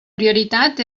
prioritat